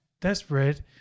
desperate